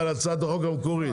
הצעת החוק המקורית?